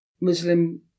Muslim